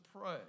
pray